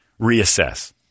reassess